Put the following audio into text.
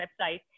website